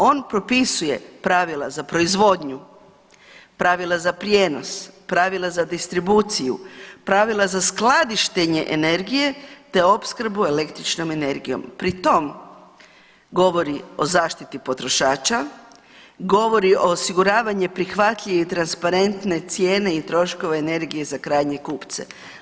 On propisuje pravila za proizvodnju, pravila za prijenos, pravila za distribuciju, pravila za skladištenje energije te opskrbu električnom energijom, pri tom govori o zaštiti potrošača, govori o osiguravanju prihvatljive i transparentne cijene i troškova energije za krajnje kupce.